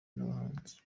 nabahanzi